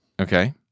Okay